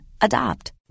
Adopt